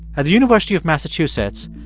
at the university of massachusetts,